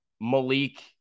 Malik